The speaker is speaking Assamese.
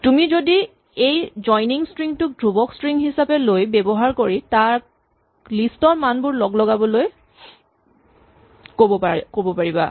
তুমি এই জইনিং স্ট্ৰিং টোক ধ্ৰুৱক স্ট্ৰিং হিচাপে ব্যৱহাৰ কৰি তাক লিষ্ট ৰ মানবোৰ লগলগাবলৈ ক'ব পাৰিবা